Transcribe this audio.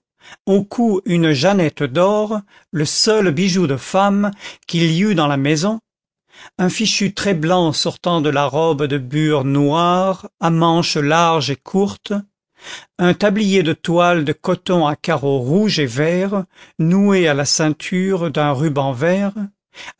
au cou une jeannette d'or le seul bijou de femme qu'il y eût dans la maison un fichu très blanc sortant de la robe de bure noire à manches larges et courtes un tablier de toile de coton à carreaux rouges et verts noué à la ceinture d'un ruban vert